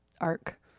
arc